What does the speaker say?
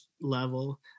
level